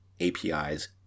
APIs